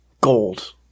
gold